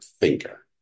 thinker